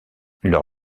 leur